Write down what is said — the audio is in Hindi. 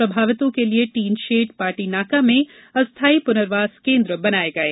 प्रभावितों के लिए टीनशेड पाटी नाका में अस्थायी पुनर्वास केन्द्र बनाये गये